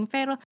Pero